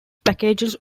packages